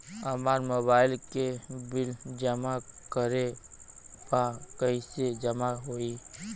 हमार मोबाइल के बिल जमा करे बा कैसे जमा होई?